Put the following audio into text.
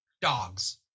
dogs